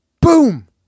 Boom